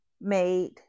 made